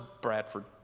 Bradford